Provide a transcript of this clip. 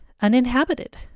uninhabited